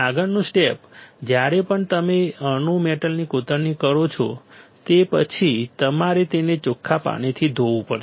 આગળનું સ્ટેપ જ્યારે પણ તમે અણુ મેટલની કોતરણી કરો છો તે પછી તમારે તેને ચોખ્ખા પાણીથી ધોવું પડશે